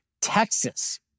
Texas